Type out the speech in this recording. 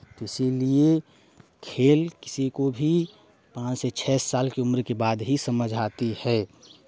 इसीलिए खेल किसी को भी पांच छः साल की उम्र के बाद ही समझ आती है